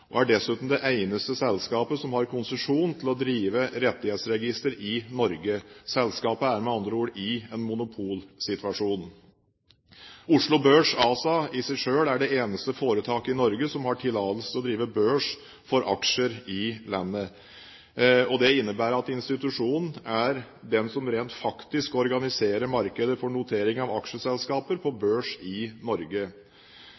er et naturlig monopol og dessuten det eneste selskapet som har konsesjon til å drive rettighetsregister i Norge. Selskapet er med andre ord i en monopolsituasjon. Oslo Børs ASA i seg selv er det eneste foretaket i Norge som har tillatelse til å drive børs for aksjer i landet. Det innebærer at institusjonen er den som rent faktisk organiserer markedet for notering av aksjeselskaper på